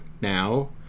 now